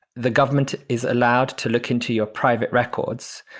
the government is allowed to look into your private records,